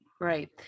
Right